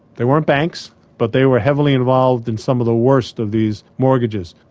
they weren't banks but they were heavily involved in some of the worst of these mortgages.